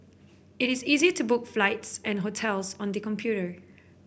it is easy to book flights and hotels on the computer